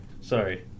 sorry